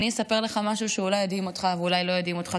אני אספר לך משהו שאולי ידהים אותך ואולי לא ידהים אותך,